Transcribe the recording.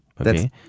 Okay